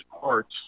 parts